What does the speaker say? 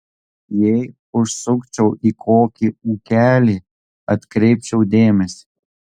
jei užsukčiau į kokį ūkelį atkreipčiau dėmesį